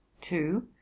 two